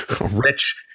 rich